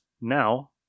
now